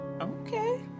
Okay